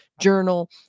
journal